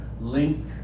link